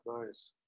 nice